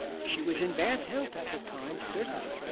she was in bad health at the time, certainly,